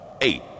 eight